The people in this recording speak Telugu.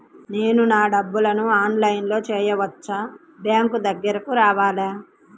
నేను నా డబ్బులను ఆన్లైన్లో చేసుకోవచ్చా? బ్యాంక్ దగ్గరకు రావాలా?